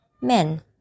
men